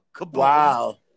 wow